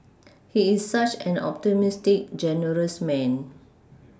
he is such an optimistic generous man